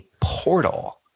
portal